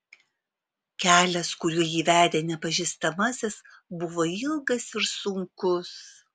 kelias kuriuo jį vedė nepažįstamasis buvo ilgas ir sunkus